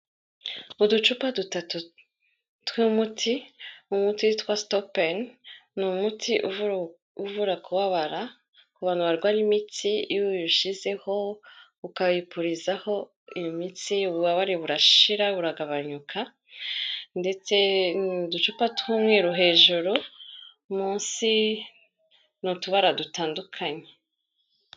Uducupa dutatu tw'umuti. Umuti witwa stopine, ni umuti uvura kubabara ku bantu barwara imitsi iyo bishizeho ukawupurizaho iyo mitsi ububabare burashira, buragabanyuka. Ndetse n'uducupa tw'umweru hejuru munsi n'utubara dutandukanye.